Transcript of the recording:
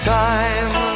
time